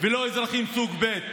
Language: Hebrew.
ולא אזרחים סוג ב'.